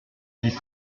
six